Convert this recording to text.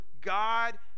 God